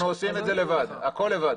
אנחנו עושים את זה לבד, הכול לבד.